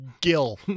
Gil